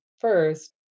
first